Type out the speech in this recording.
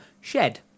shed